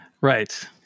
Right